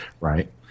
right